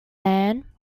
ann